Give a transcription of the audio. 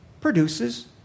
produces